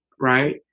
right